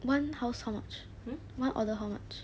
one house how much one order how much